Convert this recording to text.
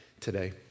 today